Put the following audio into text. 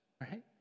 right